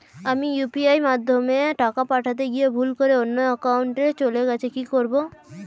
আমি ইউ.পি.আই মাধ্যমে টাকা পাঠাতে গিয়ে ভুল করে অন্য একাউন্টে চলে গেছে কি করব?